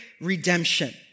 redemption